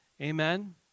Amen